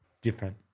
Different